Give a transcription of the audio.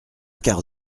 quart